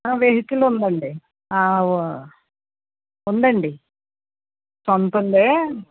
vehicle ఉంది అండి ఓ ఉంది అండి సొంతంది